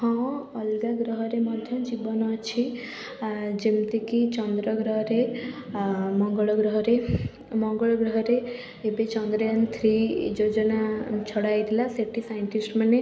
ହଁ ଅଲଗା ଗ୍ରହରେ ମଧ୍ୟ ଜୀବନ ଅଛି ଆ ଯେମତିକି ଚନ୍ଦ୍ରଗ୍ରହରେ ଆ ମଙ୍ଗଳ ଗ୍ରହରେ ମଙ୍ଗଳ ଗ୍ରହରେ ଏବେ ଚନ୍ଦ୍ରୟାନ ଥ୍ରୀ ଏଇ ଯୋଜନା ଛଡ଼ାଯାଇଥିଲା ସେଠି ସାଇନ୍ସଟିଷ୍ଟ୍ ମାନେ